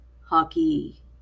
hockey